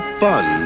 fun